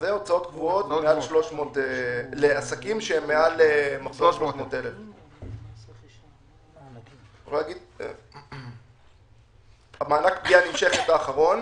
הוצאות קבועות לעסקים שהם מחזור מעל 300,000. מענק פגיעה נמשכת האחרון